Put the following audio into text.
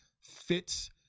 fits